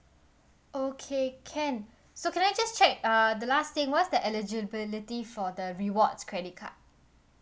okay can so can I just check uh the last thing what's the eligibility for the rewards credit card